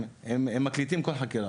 הם מקליטים כל חקירה,